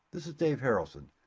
this is dave harrelson.